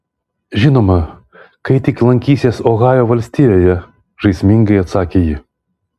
žinoma kai tik lankysiesi ohajo valstijoje žaismingai atsakė ji